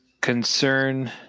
concern